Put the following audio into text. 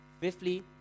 Fifthly